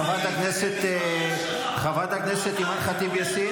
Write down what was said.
חברת הכנסת אימאן ח'טיב יאסין.